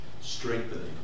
Strengthening